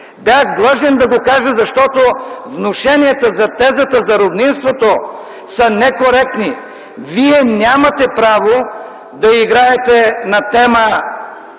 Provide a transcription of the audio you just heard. Бях длъжен да го кажа, защото внушенията за тезата за роднинството са некоректни. Вие нямате право да играете на тема: